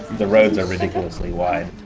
the roads are ridiculously wide.